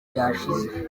ryashize